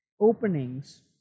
openings